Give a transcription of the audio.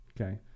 Okay